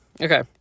Okay